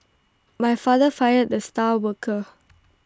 my father fired the star worker